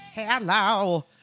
Hello